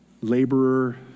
laborer